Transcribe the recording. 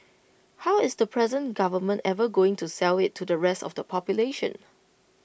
how is the present government ever going to sell IT to the rest of the population